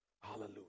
Hallelujah